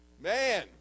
Man